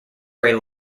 ray